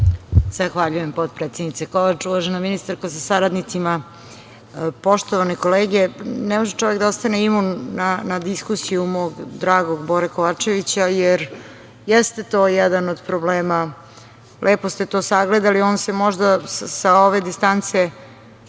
Zahvaljujem, potpredsednice Kovač. Uvažena ministarko, sa saradnicima, poštovane kolege, ne može čovek da ostane imun na diskusiju mog dragog Bore Kovačevića, jer jeste to jedan od problema, lepo ste to sagledali, on se možda sa ove distance ne